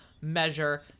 measure